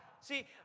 See